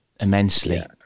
immensely